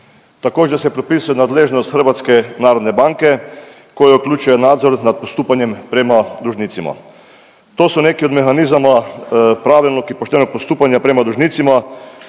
Također se propisuje nadležnost HNB-a koja uključuje nadzor nad postupanjem prema dužnicima. To su neki od mehanizma pravilnog i poštenog postupanja prema dužnicima